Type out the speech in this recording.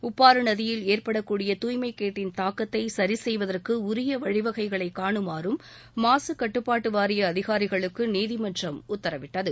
உப்பாறு நதியில் ஏற்படக்கூடிய தூய்மைக்கேட்டின் தாக்கத்தை சரி செய்வதற்கு உரிய வழிவகைகளை காணுமாறும் மாசு கட்டுப்பாட்டு வாரிய அதிகாரிகளுக்கு நீதிமன்றம் உத்தரவிட்டது